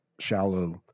shallow